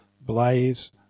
blaze